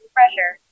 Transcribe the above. Pressure